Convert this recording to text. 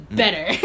better